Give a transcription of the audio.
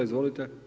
Izvolite.